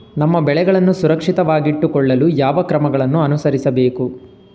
ನಮ್ಮ ಬೆಳೆಗಳನ್ನು ಸುರಕ್ಷಿತವಾಗಿಟ್ಟು ಕೊಳ್ಳಲು ಯಾವ ಕ್ರಮಗಳನ್ನು ಅನುಸರಿಸಬೇಕು?